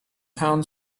town